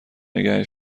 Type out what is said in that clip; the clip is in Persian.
نگه